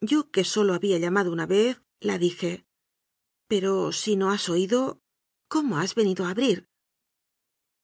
yo que sólo había llamado una vez la dije pero si no has oído cómo has venido a abrir